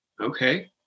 Okay